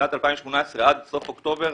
שנת 2018 עד סוף אוקטובר